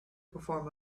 perform